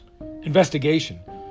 investigation